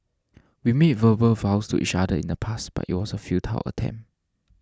we made verbal vows to each other in the past but it was a futile attempt